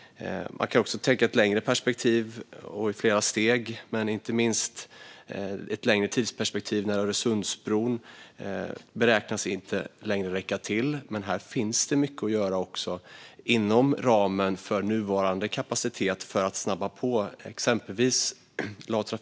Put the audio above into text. Man kan också tänka i ett längre perspektiv och i flera steg, inte minst i ett längre tidsperspektiv när Öresundsbron beräknas inte längre räcka till, men det finns mycket att göra även inom ramen för nuvarande kapacitet för att snabba på.